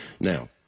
now